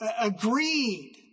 agreed